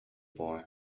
boy